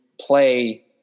play